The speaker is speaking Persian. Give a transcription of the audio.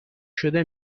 شده